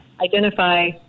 identify